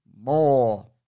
more